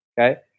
Okay